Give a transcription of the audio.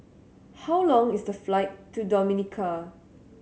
how long is the flight to Dominica